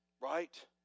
Right